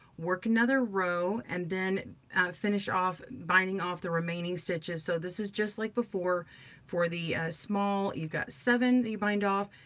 work another row, and then finish off binding off the remaining stitches. so this is just like before for the small, you've got seven that you bind off,